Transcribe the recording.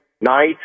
night